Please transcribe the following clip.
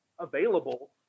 available